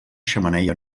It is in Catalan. xemeneia